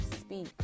speak